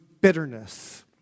bitterness